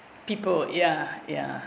people ya ya